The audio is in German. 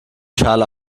schale